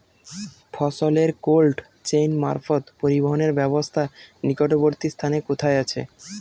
ফসলের cold chain মারফত পরিবহনের ব্যাবস্থা নিকটবর্তী স্থানে কোথায় আছে?